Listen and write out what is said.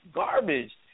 garbage